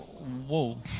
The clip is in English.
Whoa